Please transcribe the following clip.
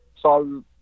solve